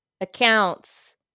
accounts